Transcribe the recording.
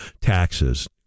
taxes